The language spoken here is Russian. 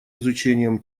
изучением